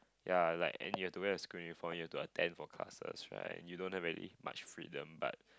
ya like and you have to wear your school uniform you have to attend for classes right you don't have really much freedom but